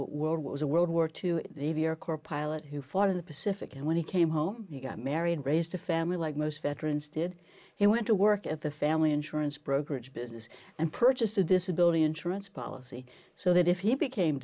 world was a world war two and a viewer corps pilot who fought in the pacific and when he came home he got married raised a family like most veterans did he went to work at the family insurance brokerage business and purchased a disability insurance policy so that if he became